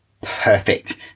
perfect